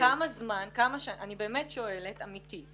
אני באמת שואלת, אמיתי.